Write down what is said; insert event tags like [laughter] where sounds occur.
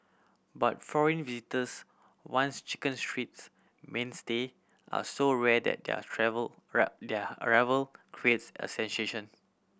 but foreign visitors once Chicken Street's mainstay are so rare that their travel [unintelligible] their arrival creates a sensation